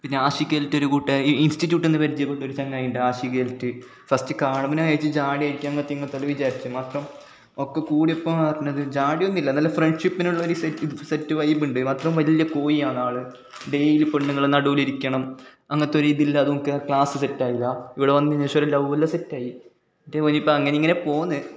പിന്നാഷിക്ക്ൽത്തെ ഒരു കൂട്ടുകാരൻ ഇ ഇൻസ്റ്റിറ്റൂട്ടിൽ നിന്ന് പരിചയപ്പെട്ട ഒരു ചങ്ങാതിയുണ്ട് ആഷിക്കെൽറ്റ് ഫസ്റ്റ് കാണുമുനെ എജ്ജ് ജാട ആയിയ്ക്ക അങ്ങനത്തെ ഇങ്ങനത്തെയൊട വിജാരിച്ച് മൊത്തം ഒക്കെ കൂടിയപ്പോൾ അറിഞ്ഞത് ജാഡയൊന്നു ഇല്ല നല്ല ഫ്രെണ്ട്ഷിപ്പിനുള്ളൊരു സെറ്റ് സെറ്റ് വൈബുണ്ട് അത്ര വലിയ കോഴിയാണ് ആൾ ഡേയ്ലി പെണ്ണുങ്ങളെ നടൂൽ ഇരിക്കണം അങ്ങത്തൊരിതില്ലാതു ക്ലാസ്സ് സെറ്റായില്ല ഇവിടെ വന്നതിനു ശേഷം ഒരു ലൗ എല്ലാം സെറ്റായി എന്നിട്ട് ഓന് ഇപ്പം അങ്ങനെ ഇങ്ങനെ പോകുന്നു